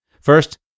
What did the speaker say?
First